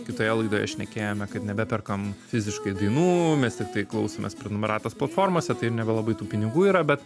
kitoje laidoje šnekėjome kad nebeperkam fiziškai dainų mes tiktai klausomės prenumeratas platformose tai ir nebelabai tų pinigų yra bet